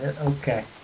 okay